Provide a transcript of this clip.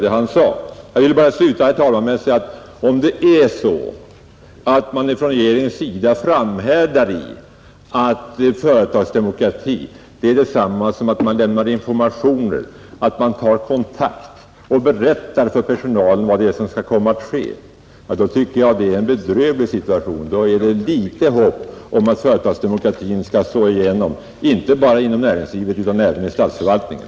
Jag vill bara, herr talman, sluta med att säga att om det är så att regeringen framhärdar i att företagsdemokrati är detsamma som att man lämnar informationer, att man tar kontakt med och berättar för personal vad som skall komma att ske, tycker jag att situationen är bedrövlig. Då är det föga hopp om att företagsdemokratin skall slå igenom, inte bara som skett inom näringslivet utan även inom statsförvaltningen.